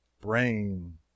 brain